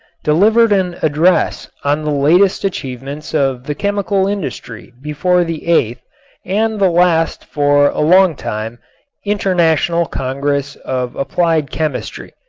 delivered an address on the latest achievements of the chemical industry before the eighth and the last for a long time international congress of applied chemistry.